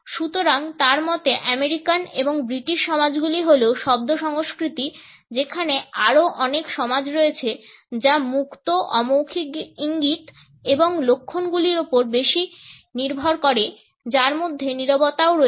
সুতরাং তার মতে আমেরিকান এবং ব্রিটিশ সমাজগুলি হল শব্দ সংস্কৃতি যেখানে আরও অনেক সমাজ রয়েছে যা মুক্ত অমৌখিক ইঙ্গিত এবং লক্ষণগুলির উপর বেশি নির্ভর করে যার মধ্যে নীরবতাও রয়েছে